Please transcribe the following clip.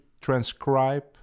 transcribe